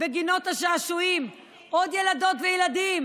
בגינות השעשועים עוד ילדות וילדים,